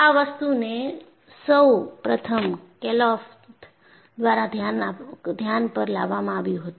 આ વસ્તુને સૌ પ્રથમ કેલ્થોફ દ્વારા ધ્યાન પર લાવવામાં આવ્યું હતું